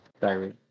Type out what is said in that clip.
sorry